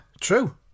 true